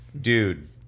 Dude